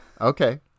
Okay